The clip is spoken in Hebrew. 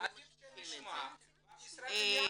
עדיף שנשמע והמשרדים יענו.